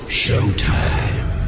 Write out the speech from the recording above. showtime